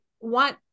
want